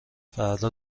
فردا